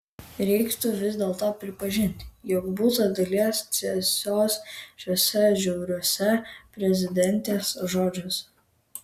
reiktų vis dėlto pripažinti jog būta dalies tiesos šiuose žiauriuose prezidentės žodžiuose